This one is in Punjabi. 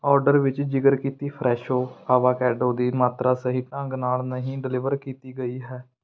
ਓਰਡਰ ਵਿੱਚ ਜ਼ਿਕਰ ਕੀਤੀ ਫਰੈਸ਼ੋ ਆਵਾਕੈਡੋ ਦੀ ਮਾਤਰਾ ਸਹੀ ਢੰਗ ਨਾਲ ਨਹੀਂ ਡਿਲੀਵਰ ਕੀਤੀ ਗਈ ਹੈ